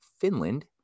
Finland